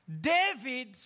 David